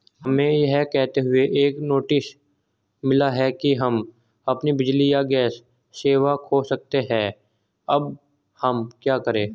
हमें यह कहते हुए एक नोटिस मिला कि हम अपनी बिजली या गैस सेवा खो सकते हैं अब हम क्या करें?